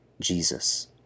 Jesus